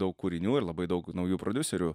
daug kūrinių ir labai daug naujų prodiuserių